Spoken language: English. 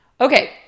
Okay